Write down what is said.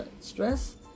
Stress